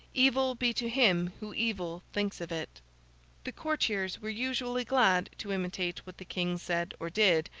evil be to him who evil thinks of it the courtiers were usually glad to imitate what the king said or did,